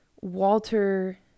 Walter